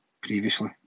previously